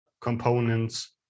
components